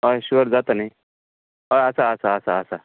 हय शुअर जाता न्ही हय आसा आसा आसा